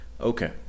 Okay